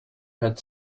had